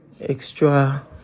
extra